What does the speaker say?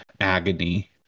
agony